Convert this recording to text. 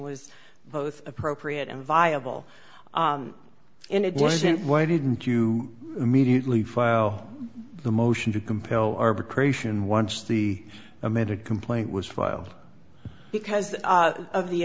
was both appropriate and viable and it wasn't why didn't you immediately file the motion to compel arbitration once the amended complaint was filed because of the